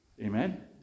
amen